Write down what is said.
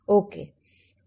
okay